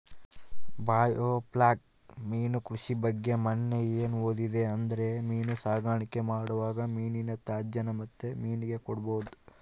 biofloc ಮೀನು ಕೃಷಿ ಬಗ್ಗೆ ಮನ್ನೆ ಏನು ಓದಿದೆ ಅಂದ್ರೆ ಮೀನು ಸಾಕಾಣಿಕೆ ಮಾಡುವಾಗ ಮೀನಿನ ತ್ಯಾಜ್ಯನ ಮತ್ತೆ ಮೀನಿಗೆ ಕೊಡಬಹುದು